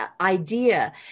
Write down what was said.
idea